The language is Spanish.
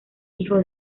hijo